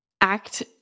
act